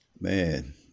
Man